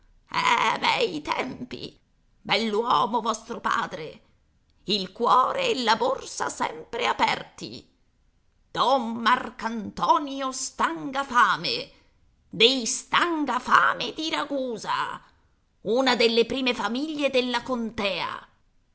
fianco bei tempi bell'uomo vostro padre il cuore e la borsa sempre aperti don marcantonio stangafame dei stangafame di ragusa una delle prime famiglie della contea